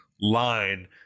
line